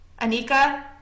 Anika